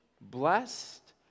Blessed